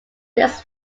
this